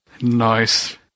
Nice